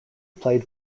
played